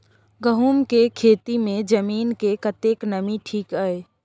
गहूम के खेती मे जमीन मे कतेक नमी ठीक ये?